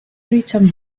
richard